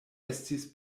estis